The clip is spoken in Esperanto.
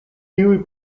tiuj